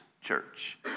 church